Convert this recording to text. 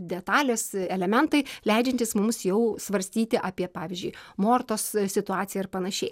detalės elementai leidžiantys mums jau svarstyti apie pavyzdžiui mortos situaciją ir panašiai